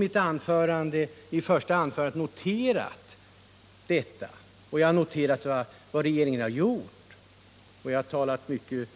Det noterade jag också i mitt första anförande. Jag noterade vidare vad regeringen har gjort, och jag sade många